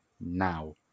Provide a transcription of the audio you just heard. now